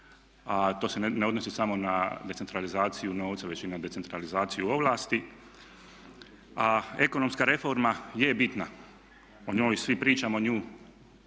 to se ne odnosi samo na decentralizaciju novca već i na decentralizaciju ovlasti. Ekonomska reforma je bitna, o njoj svi pričamo, nju